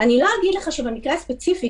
אני לא אגיד לך שבמקרה הספציפי,